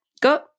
go